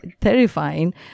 terrifying